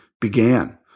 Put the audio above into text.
began